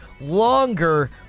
longer